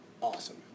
Awesome